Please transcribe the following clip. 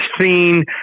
seen